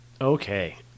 Okay